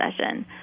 session